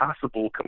possible